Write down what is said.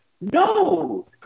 no